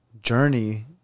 journey